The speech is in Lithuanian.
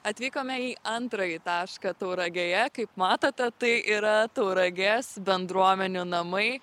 atvykome į antrąjį tašką tauragėje kaip matote tai yra tauragės bendruomenių namai